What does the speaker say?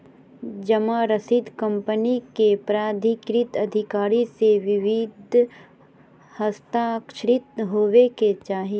जमा रसीद कंपनी के प्राधिकृत अधिकारी से विधिवत हस्ताक्षरित होबय के चाही